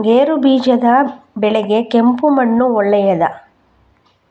ಗೇರುಬೀಜದ ಬೆಳೆಗೆ ಕೆಂಪು ಮಣ್ಣು ಒಳ್ಳೆಯದಾ?